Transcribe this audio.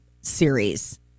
series